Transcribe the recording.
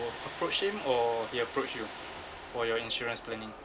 approach him or he approach you for your insurance planning